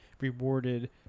rewarded